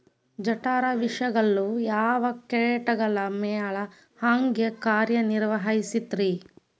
ಜಠರ ವಿಷಗಳು ಯಾವ ಕೇಟಗಳ ಮ್ಯಾಲೆ ಹ್ಯಾಂಗ ಕಾರ್ಯ ನಿರ್ವಹಿಸತೈತ್ರಿ?